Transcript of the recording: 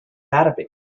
database